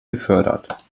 gefördert